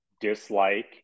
dislike